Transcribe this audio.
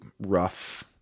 rough